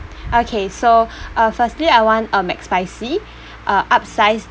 okay so uh firstly I want a mcspicy uh upsize